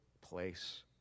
place